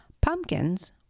Pumpkins